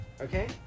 okay